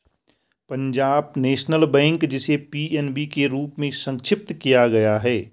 Punjab national bank, जिसे PNB के रूप में संक्षिप्त किया गया है